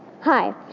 Hi